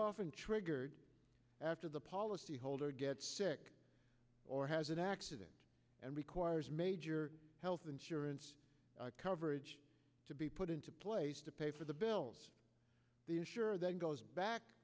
often triggered after the policy holder gets sick or has an accident and requires major health insurance coverage to be put into place to pay for the bills the sure then goes back